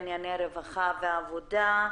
אני פותחת את ישיבת הוועדה המיוחדת לענייני רווחה ועבודה.